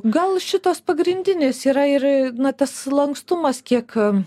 gal šitos pagrindinės yra ir na tas lankstumas kiek